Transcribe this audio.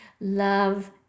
love